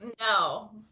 No